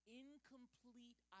incomplete